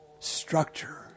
structure